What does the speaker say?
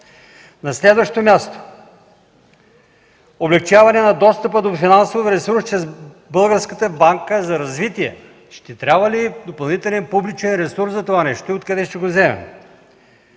На следващо място, облекчаване на достъпа до финансов ресурс чрез Българската банка за развитие. Ще трябва ли допълнителен публичен ресурс за това нещо и откъде ще го вземем?